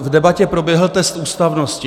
V debatě proběhl test ústavnosti.